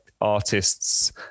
artists